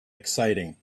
exciting